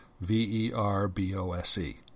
V-E-R-B-O-S-E